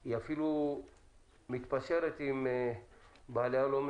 היא אפילו מתפשרת עם בעלי האולמות,